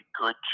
good